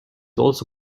also